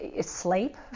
sleep